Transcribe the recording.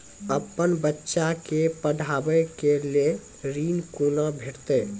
अपन बच्चा के पढाबै के लेल ऋण कुना भेंटते?